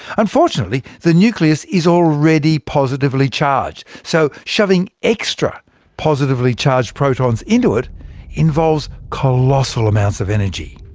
unfortunately, the nucleus is already positively charged so shoving extra positively charged protons into it involves colossal amounts of energy.